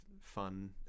fun